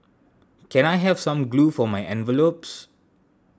can I have some glue for my envelopes